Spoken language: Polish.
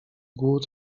głód